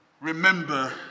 Remember